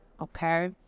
okay